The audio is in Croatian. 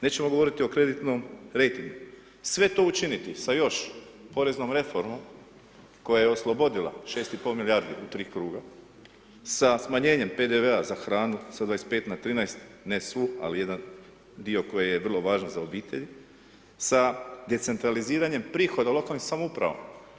Nećemo govoriti o kreditnom rejtingu, sve to učiniti sa još poreznom reformom koja je oslobodila 6,5 milijardi u 3 kruga sa smanjenjem PDV-a za hranu sa 25 na 13, ne svu ali jedan dio koji je vrlo važan za obitelj sa decentraliziranjem prihoda lokalnim samoupravama.